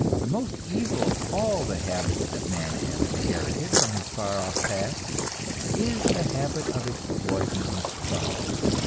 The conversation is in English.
the most evil of all the habits that man has inherited from his far-off past is the habit of exploiting his fellows,